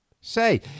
say